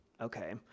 Okay